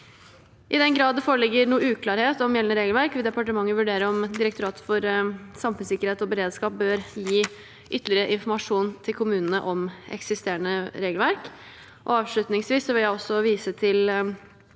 I den grad det foreligger uklarhet om gjeldende regelverk, vil departementet vurdere om Direktoratet for samfunnssikkerhet og beredskap bør gi ytterligere informasjon til kommunene om eksisterende regelverk. Avslutningsvis vil jeg også vise til